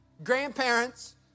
grandparents